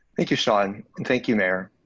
thank you sean and thank you mayor,